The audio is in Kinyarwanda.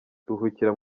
ruhukira